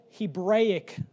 Hebraic